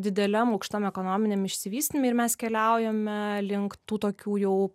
dideliam aukštam ekonominiam išsivystyme ir mes keliaujame link tų tokių jau